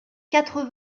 quatre